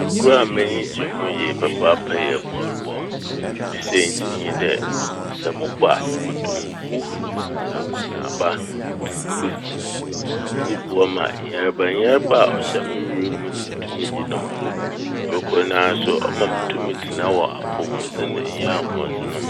Agor a menyi gye ho yie papaapa yɛ bɔɔlbɔ. Me saintsir nye dɛ sɛ mobɔ a mutum muhuruwhuruw dzi akɔanaba tsew mfifir. Iyi boa ma yarbayarba a ɔhyɛ mower mo n' no tum yi no ho. Aber kor naa so ɔma mutum tsena wɔ apɔwmudzen nye ahoɔdzen mu.